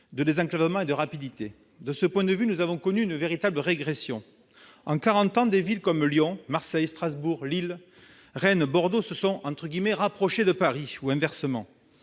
de désenclavement et de rapidité ... De ce point de vue, nous avons connu une véritable régression ! En quarante ans, des villes comme Lyon, Marseille, Strasbourg, Lille, Rennes ou Bordeaux se sont « rapprochées » de Paris. En revanche,